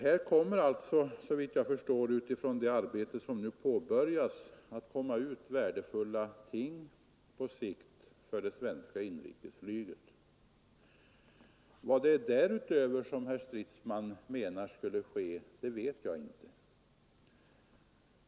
Här kommer alltså, såvitt jag förstår, det arbete som nu påbörjas att resultera i på sikt värdefulla ting för det svenska inrikesflyget. Vad som enligt herr Stridsmans mening därutöver skulle ske vet jag inte.